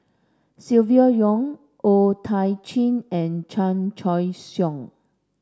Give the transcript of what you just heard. Silvia Yong O Thiam Chin and Chan Choy Siong